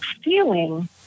stealing